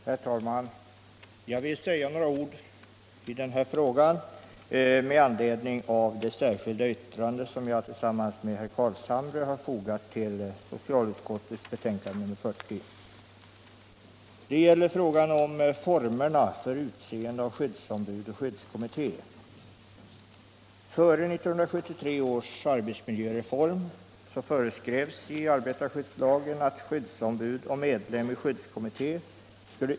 Herr talman! Jag vill säga några ord i denna fråga med anledning av det särskilda yttrande som jag tillsammans med herr Carlshamre fogat till socialutskottets betänkande 40. Det gäller formerna för utseende av skyddsombud och skyddskommitté.